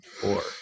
Four